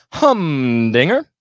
humdinger